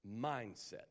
mindset